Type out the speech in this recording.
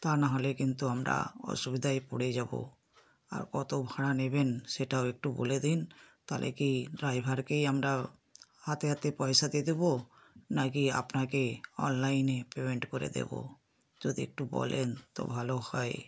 তা না হলে কিন্তু আমরা অসুবিধায় পড়ে যাব আর কত ভাড়া নেবেন সেটাও একটু বলে দিন তাহলে কি ড্রাইভারকেই আমরা হাতে হাতে পয়সা দিয়ে দেব নাকি আপনাকে অনলাইনে পেমেন্ট করে দেব যদি একটু বলেন তো ভালো হয়